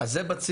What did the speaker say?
אז זה בציר